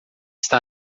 está